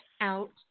out